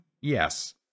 Yes